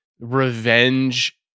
revenge